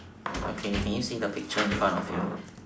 okay can you see the picture in front of you